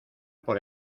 por